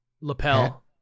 lapel